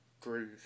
groove